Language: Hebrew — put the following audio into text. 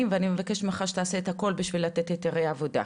ואני מבקשת ממך שתעשה את הכול בשביל לתת היתרי עבודה,